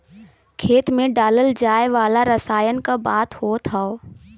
खेत मे डालल जाए वाला रसायन क बात होत हौ